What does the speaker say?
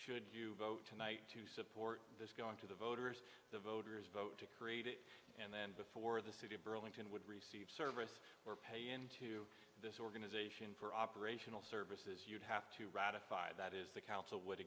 should you vote tonight to support this going to the voters the voters vote to create it and then before the city of burlington would receive service or pay into this organization for operational services you'd have to ratify that is the council would